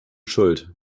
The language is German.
schuld